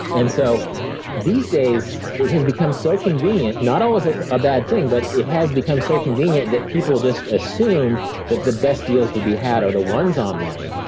and so these days, it has become so convenient not always a ah bad thing but it has become so convenient that people just assume that the best deals to be had are the ones online.